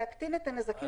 להקטין את הנזקים לצרכנים.